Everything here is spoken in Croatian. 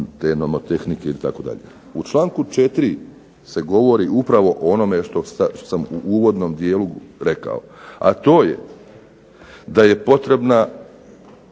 nomotehnike itd. U članku 4. se govori upravo o onome što sam u uvodnom dijelu rekao, a to je da je potrebna